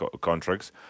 contracts